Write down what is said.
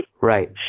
right